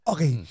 Okay